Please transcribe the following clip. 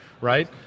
right